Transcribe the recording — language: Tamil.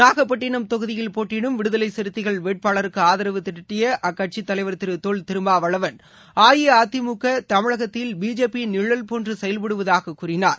நாகப்பட்டினம் தொகுதியில் போட்டியிடும் விடுதலைசிறுத்தைகள் வேட்பாளருக்குஆதரவு திரட்டிய அக்கட்சித் தலைவா் திருதொல் திருமாவளவன் அஇஅதிமுகதமிழகத்தில் பிஜேபி யின் நிழல் போன்றுசெயல்படுவதாககூறினார்